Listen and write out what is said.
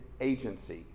agency